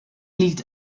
liegt